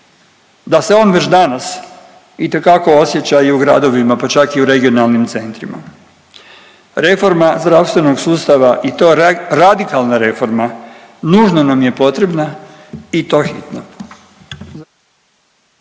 da se on već danas itekako osjeća i u gradovima, pa čak i u regionalnim centrima. Reforma zdravstvenog sustava i to radikalna reforma nužno nam je potrebna i to hitno.